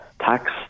tax